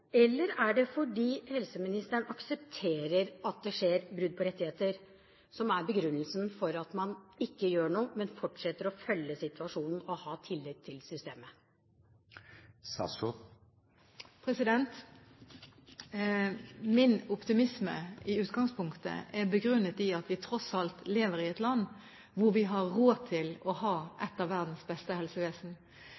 eller det at helseministeren aksepterer at det skjer brudd på rettigheter, som er begrunnelsen for at man ikke gjør noe, men fortsetter å følge situasjonen og har tillit til systemet? Min optimisme i utgangspunktet er begrunnet i at vi tross alt lever i et land hvor vi har råd til å ha